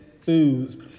foods